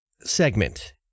segment